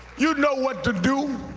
you would know what to do.